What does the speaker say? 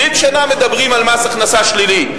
20 שנה מדברים על מס הכנסה שלילי,